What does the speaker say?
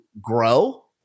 grow